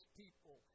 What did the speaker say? people